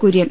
Kurian